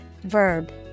Verb